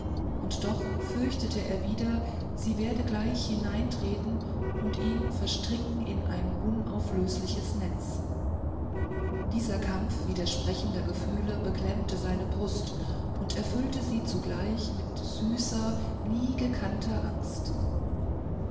und doch fürchtete er wieder sie werde gleich hineintreten und ihn verstricken in ein unauflösliches netz dieser kampf widersprechender gefühle beklemmte seine brust und erfüllte sie zugleich mit süßer nie gekannter angst